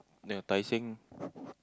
near Tai Seng